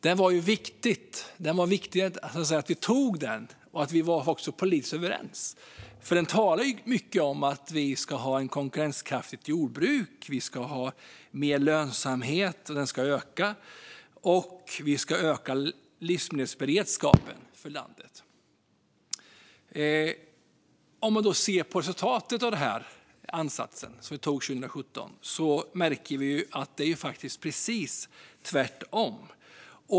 Det var viktigt att vi antog den och att vi var politiskt överens, för den talar mycket om att vi ska ha ett konkurrenskraftigt jordbruk, att lönsamheten ska öka och att vi ska öka livsmedelsberedskapen i landet. Om man ser på resultatet av den livsmedelsstrategi som vi antog 2017 märker man att det faktiskt är precis tvärtom.